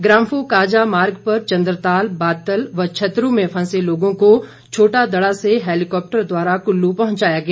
ग्राम्फू काजा मार्ग पर चंद्रताल बातल व छतरू में फंसे लोगों को छोटा दड़ा से हेलिकॉप्टर द्वारा कुल्लू पहुंचाया गया